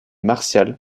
martial